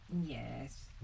Yes